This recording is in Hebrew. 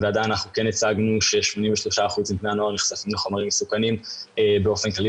הצגנו ש-83 אחוזים מבני הנוער נחשפים לחומרים מסוכנים באופן כללי